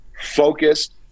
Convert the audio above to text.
focused